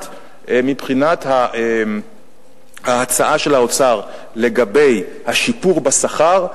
מבחינת ההצעה של האוצר לגבי השיפור בשכר,